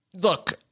look